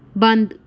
ਬੰਦ